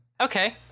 okay